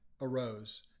arose